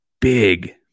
big